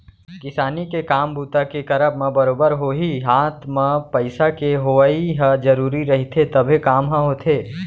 किसानी के काम बूता के करब म बरोबर होही हात म पइसा के होवइ ह जरुरी रहिथे तभे काम ह होथे